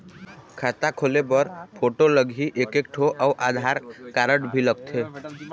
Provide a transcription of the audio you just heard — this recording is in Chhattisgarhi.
खाता खोले बर फोटो लगही एक एक ठो अउ आधार कारड भी लगथे?